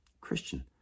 Christian